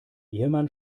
ehemann